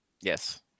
Yes